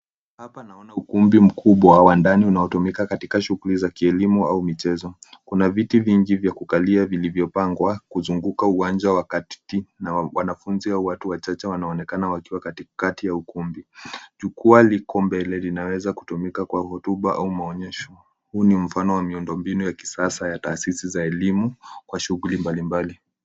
Hapa naona ukumbi mkubwa wa ndani unaotumika katika shughuli za kielimu au michezo. Kuna viti vingi vya kukalia vilivyopangwa kuzunguka uwanja wa kati na wanafunzi au watu wachache wanaonekana wakiwa katikati ya ukumbi. Jukwaa liko mbele linaweza kutumika kwa hotuba au maonyesho. Huu ni mfano wa miundombinu ya kisasa ya taasisi za elimu kwa shughuli mbalimbali.